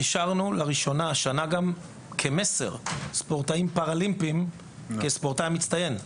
השנה אישרנו בפעם הראשונה ספורטאים פראלימפים כספורטאי מצטיין.